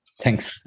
thanks